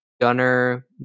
Gunner